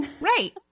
Right